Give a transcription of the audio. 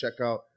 checkout